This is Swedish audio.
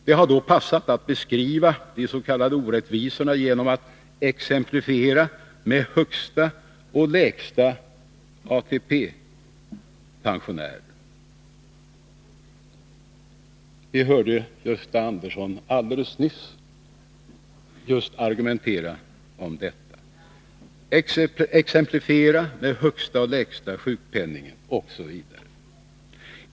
Det har då passat att beskriva de s.k. orättvisorna genom att exemplifiera med pensionärer med högsta och lägsta ATP, med högsta och lägsta sjukpenning osv. — vi hörde alldeles nyss Gösta Andersson argumentera på det sättet.